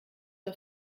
auf